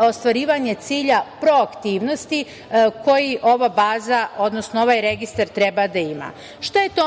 ostvarivanja cilja proaktivnosti koji ova baza, odnosno, ovaj registar treba da ima. Šta je to